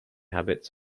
habits